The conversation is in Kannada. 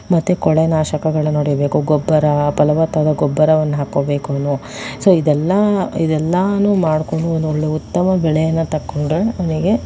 ಮತ್ತು ಕಳೆನಾಶಕಗಳನ್ನು ಹೊಡೀಬೇಕು ಗೊಬ್ಬರ ಫಲವತ್ತಾದ ಗೊಬ್ಬರವನ್ನು ಹಾಕ್ಕೋಬೇಕು ಅವನು ಸೊ ಇದೆಲ್ಲ ಇದೆಲ್ಲಾನು ಮಾಡಿಕೊಂಡು ಒಂದು ಒಳ್ಳೆಯ ಉತ್ತಮ ಬೆಳೆಯನ್ನು ತಕೊಂಡ್ರೆ ಅವನಿಗೆ